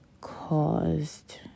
caused